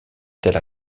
tel